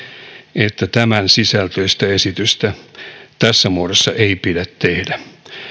että tämänsisältöistä esitystä tässä muodossa ei pidä tehdä